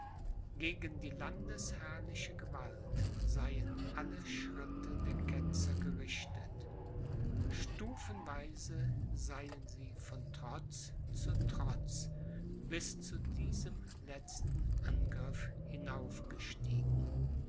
gegen die landesherrliche gewalt seien alle schritte der ketzer gerichtet stufenweise seien sie von trotz zu trotz bis zu diesem letzten angriff